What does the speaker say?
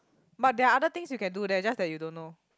but there are other things you can do there just that you don't know